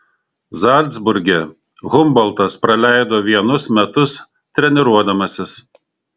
zalcburge humboltas praleido vienus metus treniruodamasis